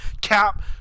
cap